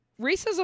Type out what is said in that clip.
racism